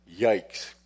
Yikes